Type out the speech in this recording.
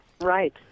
Right